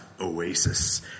oasis